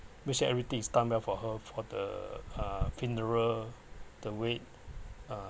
make sure everything is done well for her for the uh funeral the wake uh